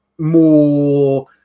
More